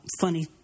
funny